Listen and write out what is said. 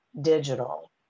digital